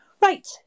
right